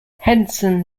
henson